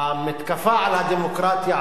המתקפה על הדמוקרטיה,